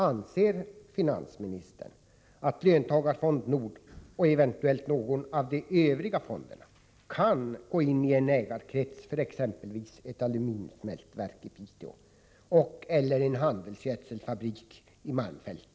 Anser finansministern att Löntagarfond Nord och eventuellt någon av de övriga fonderna kan gå inien ägarkrets för exempelvis ett aluminiumsmältverk i Piteå och/eller en handelsgödselfabrik i malmfälten?